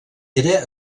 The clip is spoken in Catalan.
era